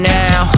now